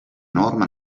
norma